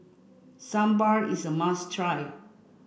Sambar is a must try